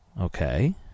Okay